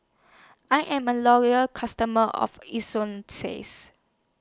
I Am A Loyal customer of